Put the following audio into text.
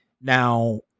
Now